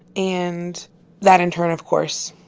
and that, in turn of course,